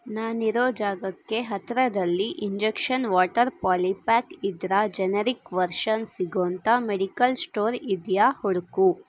ನಾನಿರೋ ಜಾಗಕ್ಕೆ ಹತ್ತಿರದಲ್ಲಿ ಇಂಜೆಕ್ಷನ್ ವಾಟರ್ ಪಾಲಿಪ್ಯಾಕ್ ಇದರ ಜೆನೆರಿಕ್ ವರ್ಷನ್ ಸಿಗೊವಂತ ಮೆಡಿಕಲ್ ಸ್ಟೋರ್ ಇದೆಯಾ ಹುಡುಕು